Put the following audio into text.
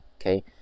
Okay